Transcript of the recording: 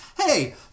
Hey